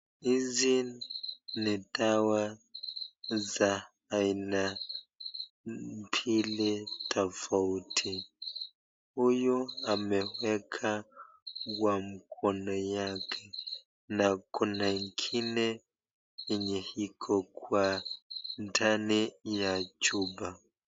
Hizi ni dawa za aina mbili tofauti. Huyu ameweka kwa mkono yake na kuna ingine iko kwa ndani ya chupa.